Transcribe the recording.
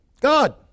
God